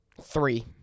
Three